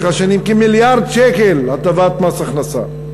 השנים כמיליארד שקל הטבת מס הכנסה.